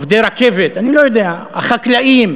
עובדי הרכבת, החקלאים,